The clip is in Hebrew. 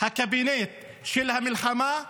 הקבינט של המלחמה,